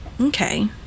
Okay